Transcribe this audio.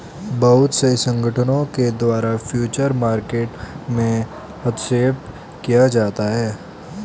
बहुत से संगठनों के द्वारा फ्यूचर मार्केट में हस्तक्षेप किया जाता है